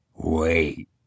wait